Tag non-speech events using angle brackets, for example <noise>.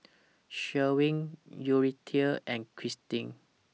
<noise> Sherwin Yuridia and Kristin